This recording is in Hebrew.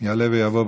יעלה ויבוא,